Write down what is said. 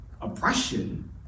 oppression